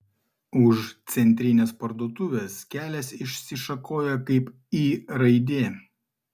už centrinės parduotuvės kelias išsišakoja kaip y raidė